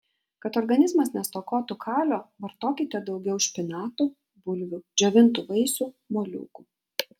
kad organizmas nestokotų kalio vartokite daugiau špinatų bulvių džiovintų vaisių moliūgų